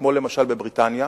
כמו למשל בבריטניה.